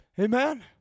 Amen